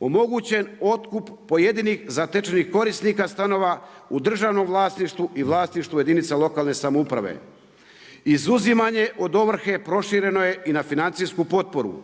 Omogućen otkup pojedinih zatečenih korisnika stanova u državnom vlasništvu i vlasništvu jedinica lokalne samouprave. Izuzimanje od ovrhe prošireno je i na financijsku potporu,